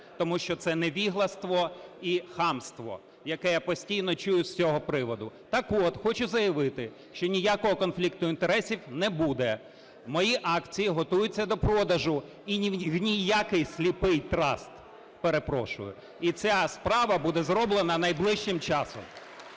тому що це невігластво і хамство, яке я постійно чую з цього приводу. Так от, хочу заявити, що ніякого конфлікту інтересів не буде. Мої акції готуються до продажу, і в ніякий "сліпий траст", перепрошую, і ця справа буде зроблена найближчим часом.